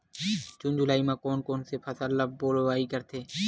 जून जुलाई म कोन कौन से फसल ल बोआई करथे?